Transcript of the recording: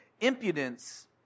impudence